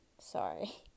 sorry